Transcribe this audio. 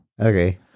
Okay